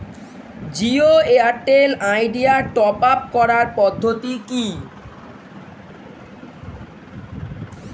Jio airtel idea top up করার পদ্ধতি কি?